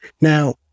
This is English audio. Now